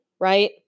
right